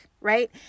right